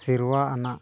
ᱥᱮᱨᱣᱟ ᱟᱱᱟᱜ